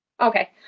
Okay